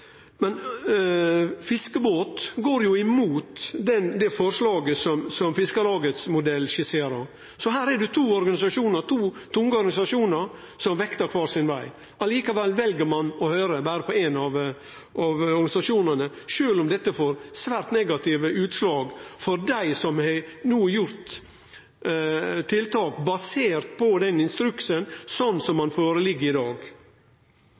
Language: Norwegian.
Fiskebåt går imot det forslaget som Fiskarlaget sin modell skisserer, så her er det to tunge organisasjonar som vektar kvar sin veg. Likevel vel ein å høyre berre på éin av organisasjonane, sjølv om dette får svært negative utslag for dei som no har sett i verk tiltak basert på instruksen slik han ligg føre i dag.